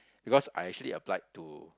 because I actually applied to